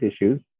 issues